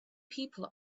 people